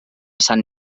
sant